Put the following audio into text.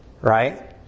Right